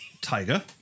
Tiger